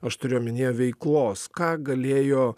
aš turiu omenyje veiklos ką galėjo